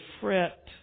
fret